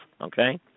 Okay